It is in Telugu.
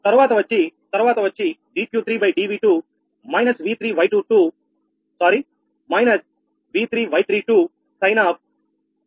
తర్వాత వచ్చి తర్వాత వచ్చి dQ3 dV2 𝑉3𝑌32 sin𝜃32− 𝛿3 𝛿2